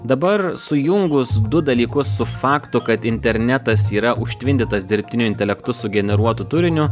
dabar sujungus du dalykus su faktu kad internetas yra užtvindytas dirbtiniu intelektu sugeneruotu turiniu